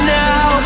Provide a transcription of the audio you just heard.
now